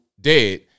dead